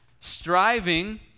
striving